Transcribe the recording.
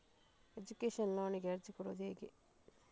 Education ಲೋನಿಗೆ ಅರ್ಜಿ ಕೊಡೂದು ಹೇಗೆ?